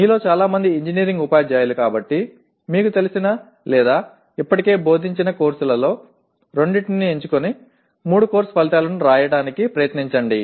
మీలో చాలా మంది ఇంజనీరింగ్ ఉపాధ్యాయులు కాబట్టి మీకు తెలిసిన లేదా ఇప్పటికే బోధించిన కోర్సులలో రెండింటిని ఎంచుకుని మూడు కోర్సు ఫలితాలను రాయడానికి ప్రయత్నించండి